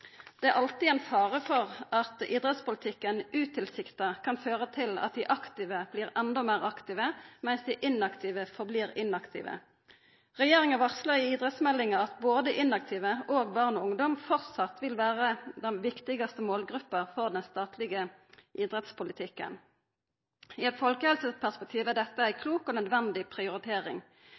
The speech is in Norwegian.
Det er alltid ein fare for at idrettspolitikken utilsikta kan føra til at dei aktive blir endå meir aktive, mens dei inaktive blir ved å vera inaktive. Regjeringa varslar i idrettsmeldinga at både inaktive og barn og ungdom framleis vil vera den viktigaste målgruppa for den statlege idrettspolitikken. I eit folkehelseperspektiv er dette ei klok og nødvendig prioritering.